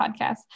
podcast